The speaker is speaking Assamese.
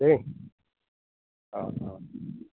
দেই অঁ অঁ